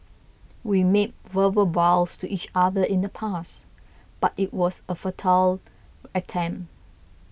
we made verbal vows to each other in the past but it was a futile attempt